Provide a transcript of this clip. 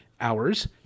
Hours